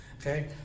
okay